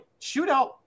shootout